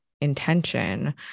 intention